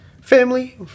Family